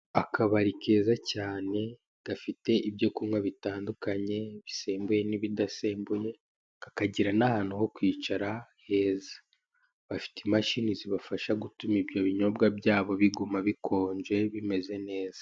Akabari keza cyane gafite ibyo kunywa bitandukanye bisembuye n'ibidasembuye kakagira n'ahantu ho kwicara heza, bafite imashini zibafasha gutuma ibyo binyobwa byabo biguma bikonje bimeze neza.